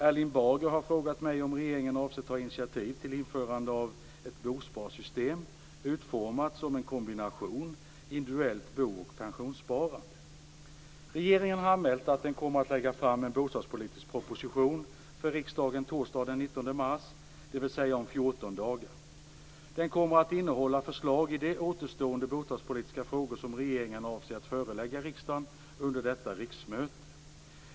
Erling Bager har frågat mig om regeringen avser ta initiativ till införande av ett bosparsystem utformat som en kombination av individuellt bo och pensionssparande. Regeringen har anmält att den kommer att lägga fram en bostadspolitisk proposition för riksdagen torsdagen den 19 mars, dvs. om 14 dagar. Den kommer att innehålla förslag i de återstående bostadspolitiska frågor som regeringen avser att förelägga riksdagen under detta riksmöte.